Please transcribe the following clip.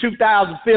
2015